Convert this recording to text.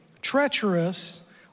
treacherous